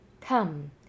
Come